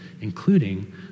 including